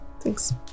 thanks